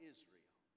Israel